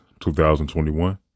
2021